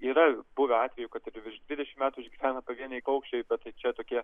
yra buvę atvejų kad ir virš dvidešimt metų išgyvena pavieniai paukščiai bet tai čia tokie